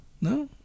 no